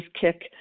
kick